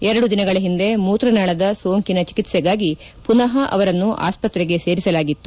ಎರಡು ದಿನಗಳ ಹಿಂದೆ ಮೂತ್ರನಾಳದ ಸೋಂಕಿನ ಚಿಕಿತ್ಸೆಗಾಗಿ ಮನಃ ಅವರನ್ನು ಆಸ್ಪತ್ರೆಗೆ ಸೇರಿಸಲಾಗಿತ್ತು